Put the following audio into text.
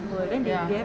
ya